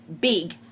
big